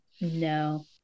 no